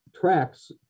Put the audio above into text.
tracks